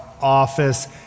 office